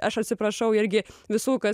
aš atsiprašau irgi visų kas